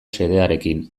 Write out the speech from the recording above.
xedearekin